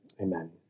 amen